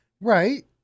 Right